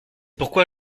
pourquoi